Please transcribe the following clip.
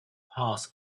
pass